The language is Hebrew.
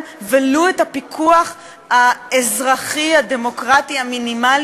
של כל אזרח ואזרחית במדינת